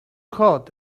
hot